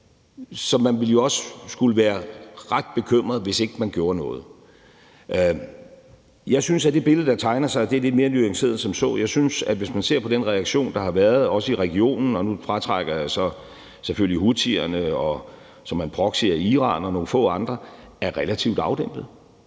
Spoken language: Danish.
Så man ville jo også skulle være ret bekymret, hvis ikke man gjorde noget. Jeg synes, det billede, der tegner sig, er lidt mere nuanceret end som så. Jeg synes, at hvis man ser på den reaktion, der har været, også i regionen, og nu fratrækker jeg så selvfølgelig houthierne, som er en proxy for Iran, og nogle få andre, så er den relativt afdæmpet.